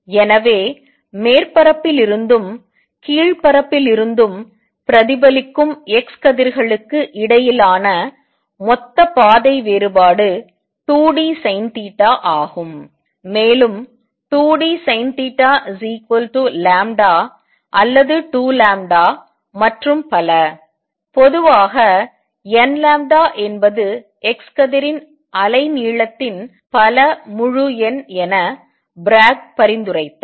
எனவே மேல் மேற்பரப்பிலிருந்தும் கீழ் மேற்பரப்பிலிருந்தும் பிரதிபலிக்கும் x கதிர்களுக்கு இடையிலான மொத்த பாதை வேறுபாடு 2dSinθஆகும் மேலும் 2dSinθλ அல்லது 2 மற்றும் பல பொதுவாக n என்பது x கதிரின் அலைநீளத்தின் பல முழு எண் என பிராக் பரிந்துரைத்தார்